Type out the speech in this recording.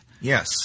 Yes